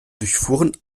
durchfuhren